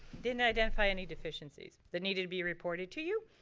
didn't identify any deficiencies that needed to be reported to you.